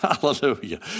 hallelujah